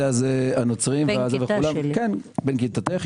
בן כיתתי.